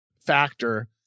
factor